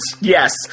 Yes